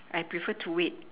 I prefer to wait